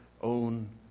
own